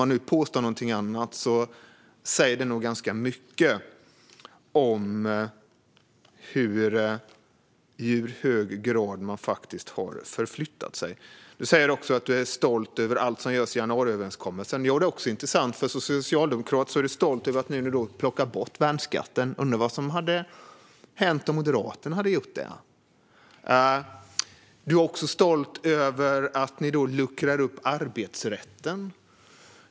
Om ni nu påstår något annat säger det mycket om i hur hög grad ni har förflyttat er. Ola Möller säger att han är stolt över allt som görs i januariöverenskommelsen. Det är också intressant. Som socialdemokrat är du nu stolt över att plocka bort värnskatten. Undrar vad som hade hänt om Moderaterna hade gjort det. Ola Möller är också stolt över att ni luckrar upp arbetsrätten.